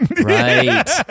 Right